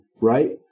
right